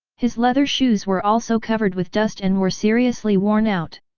his leather shoes were also covered with dust and were seriously worn out.